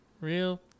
Real